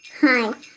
Hi